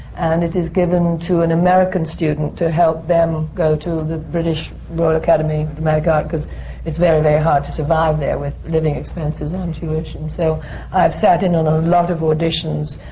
and it is given to an american student, to help them go to the british royal academy of dramatic art, because it's very, very hard to survive there with living expenses and tuition. so i've sat in on a lot of auditions.